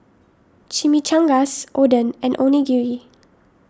Chimichangas Oden and Onigiri